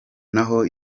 naho